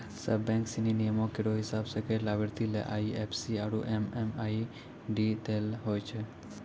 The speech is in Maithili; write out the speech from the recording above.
सब बैंक सिनी नियमो केरो हिसाब सें गैर लाभार्थी ले आई एफ सी आरु एम.एम.आई.डी दै ल होय छै